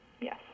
Yes